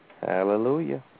Hallelujah